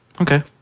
Okay